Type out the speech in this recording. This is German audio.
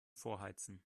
vorheizen